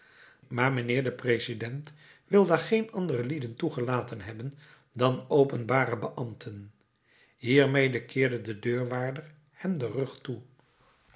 maar mijnheer de president wil daar geen andere lieden toegelaten hebben dan openbare beambten hiermede keerde de deurwaarder hem den rug toe